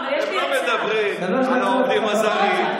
הם לא מדברים על העובדים הזרים,